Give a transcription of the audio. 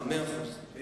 מאה אחוז.